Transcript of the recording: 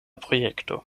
projekto